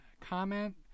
comment